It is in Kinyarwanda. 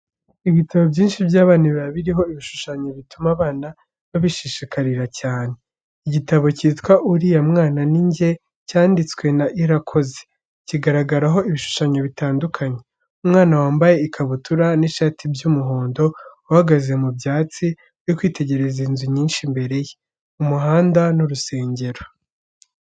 Ibitabo byinshi by'abana, biba biriho ibishushanyo bituma abana babishishikarira cyane. Igitabo cyitwa "Uriya Mwana ni Njye." Cyanditswe na IRAKOZE, kigaragaraho ibishushanyo bitandukanye. Umwana wambaye ikabutura n'ishati by'umuhondo, uhagaze mu byatsi, uri kwitegereza inzu nyinshi imbere ye, umuhanda n'urusengero.